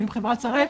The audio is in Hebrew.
ועם חברת שראל,